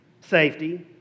safety